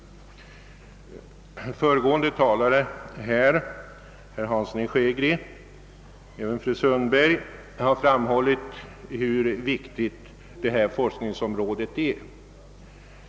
Föregående talare — herr Hansson i Skegrie och fru Sundberg — har framhållit hur viktigt detta forskningsområ de är.